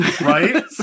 Right